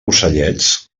ocellets